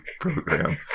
program